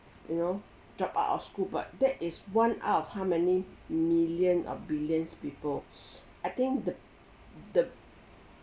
you know drop out of school but that is one out of how many million or billions people I think the the